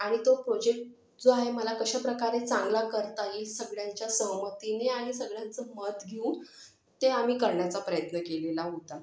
आणि तो प्रोजेक्ट जो आहे मला कशा प्रकारे चांगला करता येई सगळ्यांच्या संमतीने आणि सगळ्यांचं मत घेऊन ते आम्ही करण्याचा प्रयत्न केलेला होता